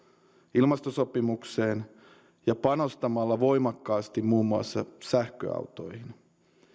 ilmastosopimukseen ja panostamalla voimakkaasti muun muassa sähköautoihin